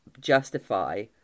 justify